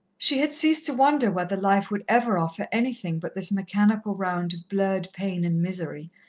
she had ceased to wonder whether life would ever offer anything but this mechanical round of blurred pain and misery,